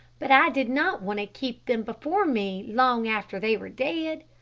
but i did not want to keep them before me long after they were dead.